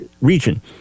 region